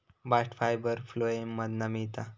bast fibre phloem मधना मिळता